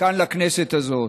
כאן, לכנסת הזאת.